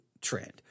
trend